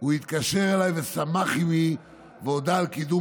הוא התקשר אליי ושמח עימי והודה על קידום